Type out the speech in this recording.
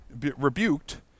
rebuked